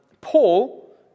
Paul